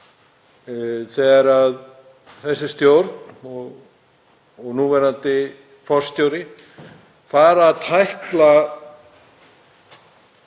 þegar þessi stjórn og núverandi forstjóri fara að tækla